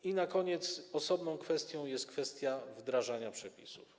I na koniec: osobną kwestią jest kwestia wdrażania przepisów.